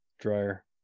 dryer